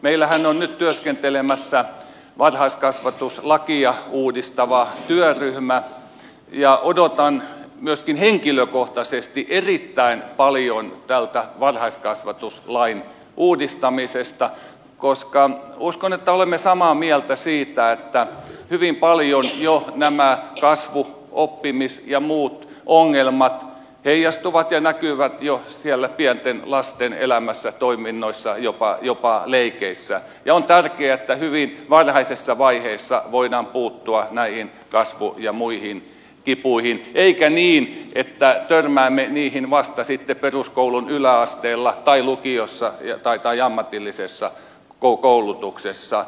meillähän on nyt työskentelemässä varhaiskasvatuslakia uudistava työryhmä ja odotan myöskin henkilökohtaisesti erittäin paljon tältä varhaiskasvatuslain uudistamiselta koska uskon että olemme samaa mieltä siitä että hyvin paljon jo nämä kasvu oppimis ja muut ongelmat näkyvät jo siellä pienten lasten elämässä toiminnoissa jopa leikeissä ja on tärkeää että hyvin varhaisessa vaiheessa voidaan puuttua näihin kasvu ja muihin kipuihin eikä niin että törmäämme niihin vasta sitten peruskoulun yläasteella tai lukiossa tai ammatillisessa koulutuksessa